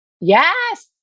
Yes